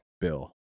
bill